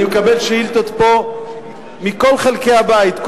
אני מקבל שאילתות פה מכל חלקי הבית,